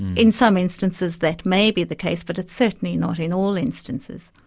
in some instances that may be the case, but it's certainly not in all instances.